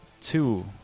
two